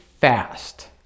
fast